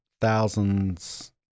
thousands